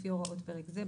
לפי הוראות פרק זה,